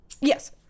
Yes